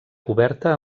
coberta